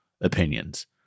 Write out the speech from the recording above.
opinions